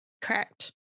Correct